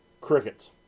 Crickets